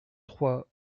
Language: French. trois